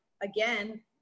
again